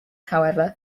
however